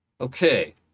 Okay